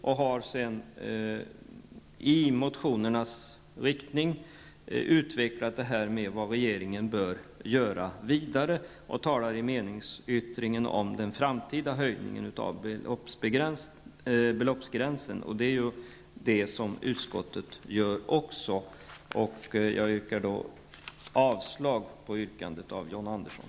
Han har sedan, i samma riktning som motionerna, utvecklat vad regeringen vidare bör göra och talar i meningsyttringen om den framtida höjningen av beloppsgränsen. Detta gör ju utskottet också. Jag yrkar avslag på yrkandet från John Andersson.